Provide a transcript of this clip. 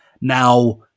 Now